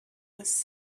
was